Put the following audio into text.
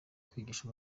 kwigisha